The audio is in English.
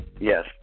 Yes